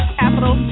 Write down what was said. capital